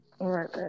Right